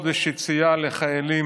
תודה רבה לך, אדוני.